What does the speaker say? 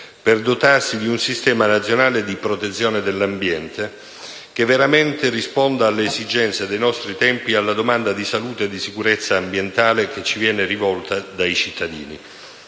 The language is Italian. per dotarsi di un Sistema nazionale di protezione dell'ambiente, che veramente risponda alle esigenze dei nostri tempi e alla domanda di salute e di sicurezza ambientale rivoltaci dai cittadini.